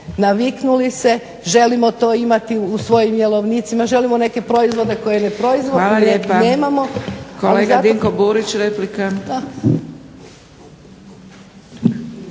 naviknuli se, želimo to imati u svojim jelovnicima, želimo neke proizvode koje ne proizvodimo i nemamo. **Zgrebec, Dragica